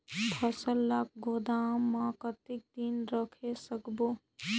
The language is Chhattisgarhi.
फसल ला गोदाम मां कतेक दिन रखे सकथन?